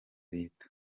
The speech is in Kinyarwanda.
leta